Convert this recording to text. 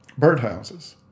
birdhouses